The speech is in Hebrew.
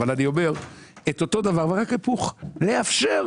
אבל אני אומר את אותו הדבר רק הפוך: לאפשר.